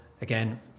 again